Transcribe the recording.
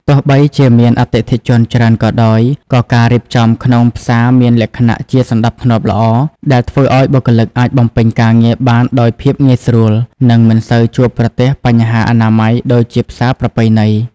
ទោះបីជាមានអតិថិជនច្រើនក៏ដោយ ក៏ការរៀបចំក្នុងផ្សារមានលក្ខណៈជាសណ្តាប់ធ្នាប់ល្អ ដែលធ្វើឱ្យបុគ្គលិកអាចបំពេញការងារបានដោយភាពងាយស្រួល និងមិនសូវជួបប្រទះបញ្ហាអនាម័យដូចផ្សារប្រពៃណី។